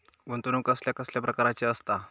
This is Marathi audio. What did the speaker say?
गुंतवणूक कसल्या कसल्या प्रकाराची असता?